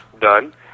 done